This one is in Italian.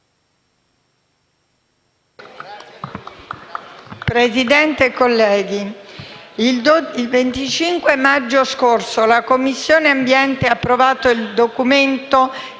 Presidente, colleghi, il 25 maggio scorso la Commissione ambiente ha approvato il Documento